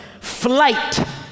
flight